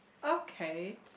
okay